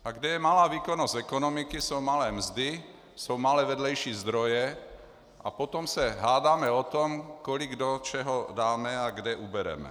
A kde je malá výkonnost ekonomiky, jsou malé mzdy, jsou malé vedlejší zdroje, a potom se hádáme o tom, kolik do čeho dáme a kde ubereme.